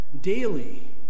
daily